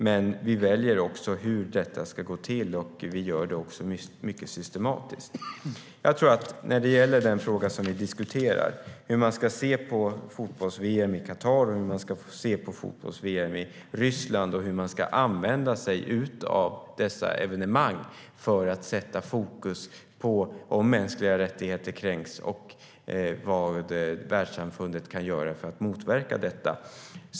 Men vi väljer hur detta ska gå till, och vi gör det mycket systematiskt. Vi diskuterar nu frågan om hur man ska se på fotbolls-VM i Qatar eller i Ryssland och hur man ska använda sig av dessa evenemang för att sätta fokus på mänskliga rättigheter som kränks och på vad världssamfundet kan göra för att motverka detta.